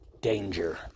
danger